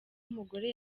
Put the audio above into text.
umugore